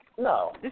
No